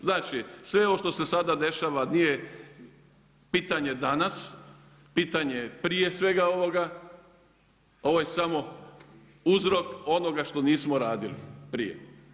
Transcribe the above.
Znači sve ovo što se sada dešava nije pitanje danas, pitanje je prije svega ovoga, ovo je samo uzrok onoga što nismo radili, prije.